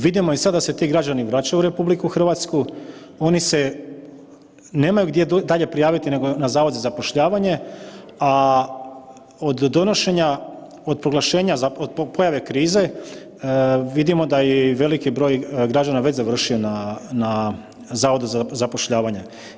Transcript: Vidimo i sad da se ti građani vraćaju u RH, oni se nemaju gdje dalje prijaviti nego na Zavod za zapošljavanje, a od donošenja, od proglašenja, od pojave krize, vidimo i da je veliki broj građana već završio na Zavodu za zapošljavanje.